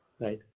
Right